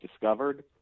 discovered